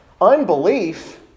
Unbelief